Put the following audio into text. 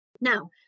Now